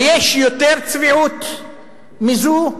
היש יותר צביעות מזו?